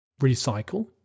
Recycle